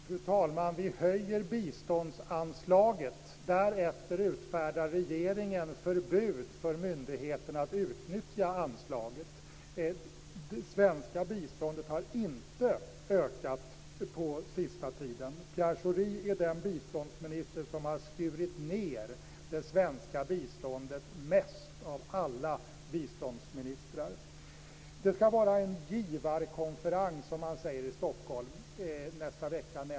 Fru talman! Vi höjer biståndsanslaget. Därefter utfärdar regeringen ett förbud för myndigheterna att utnyttja anslaget. Det svenska biståndet har inte ökat på sista tiden. Pierre Schori är den biståndsminister som har skurit ned det svenska biståndet mest av alla biståndsministrar. Pierre Schori nämner att det skall vara en givarkonferens, som man säger, i Stockholm i nästa vecka.